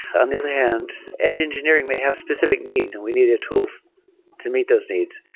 on the other hand, edge engineering may have specific needs, and we need a tool to meet those needs.